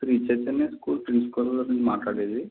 Shri Chaitanya school principal గారేనా మాట్లాడేది